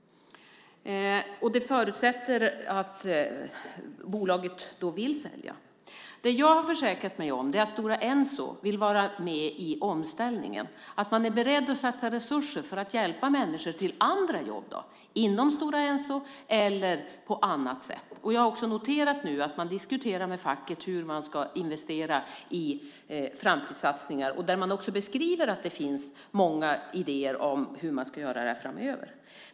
Det förutsätter då att bolaget vill sälja. Det som jag har försäkrat mig om är att Stora Enso vill vara med i omställningen, att man är beredd att satsa resurser för att hjälpa människor till andra jobb, inom Stora Enso eller någon annanstans. Jag har nu noterat att man diskuterar med facket om hur man ska investera i framtidssatsningar. Man beskriver också att det finns många idéer om hur man ska göra det framöver.